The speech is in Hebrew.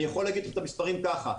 אני יכול להציג את המספרים ככה.